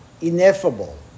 ineffable